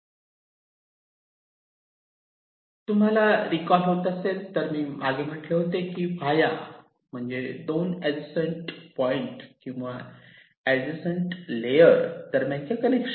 तुम्हाला रीकॉल होत असेल तर मी मागे म्हटले होते की व्हॉया म्हणजे 2 ऍड्जसन्ट पॉईंट किंवा ऍड्जसन्ट लेअर्स दरम्यानचे कनेक्शन